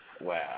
Wow